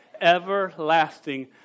everlasting